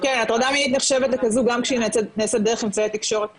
--- הטרדה מינית נחשבת כזו גם כשהיא דרך אמצע תקשורת כלשהו.